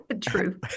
True